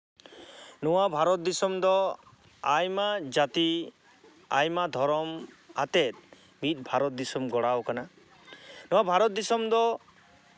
ᱱᱚᱣᱟ ᱵᱷᱟᱨᱚᱛ ᱫᱤᱥᱚᱢ ᱫᱚ ᱟᱭᱢᱟ ᱡᱟᱹᱛᱤ ᱟᱭᱢᱟ ᱫᱷᱚᱨᱚᱢ ᱟᱛᱮᱫ ᱢᱤᱫ ᱵᱷᱟᱨᱚᱛ ᱫᱤᱥᱚᱢ ᱜᱚᱲᱟᱣ ᱠᱟᱱᱟ ᱱᱚᱣᱟ ᱵᱷᱟᱨᱚᱛ ᱫᱤᱥᱚᱢ ᱫᱚ